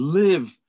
live